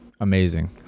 amazing